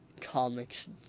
comics